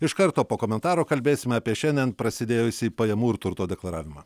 iš karto po komentaro kalbėsime apie šiandien prasidėjusį pajamų ir turto deklaravimą